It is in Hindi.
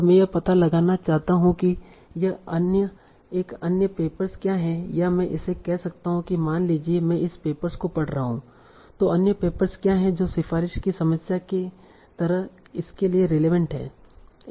और मैं यह पता लगाना चाहता हूं कि यह अन्य पेपर्स क्या हैं या मैं इसे कह सकता हूं कि मान लीजिए कि मैं इस पेपर को पढ़ रहा हूं तो अन्य पेपर क्या हैं जो सिफारिश की समस्या की तरह इसके लिए रिलेवेंट हैं